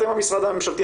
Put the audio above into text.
אתם המשרד הממשלתי,